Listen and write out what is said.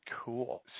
cool